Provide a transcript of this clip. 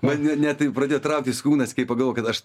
man net taip pradėjo trauktis kūnas kai pagalvojau kad aš